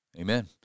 Amen